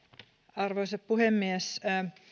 arvoisa puhemies